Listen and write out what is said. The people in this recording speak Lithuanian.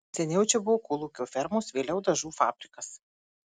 seniau čia buvo kolūkio fermos vėliau dažų fabrikas